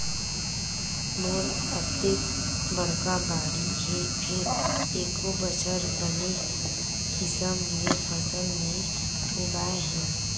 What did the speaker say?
मोर अतेक बड़का बाड़ी हे फेर एको बछर बने किसम ले फसल नइ उगाय हँव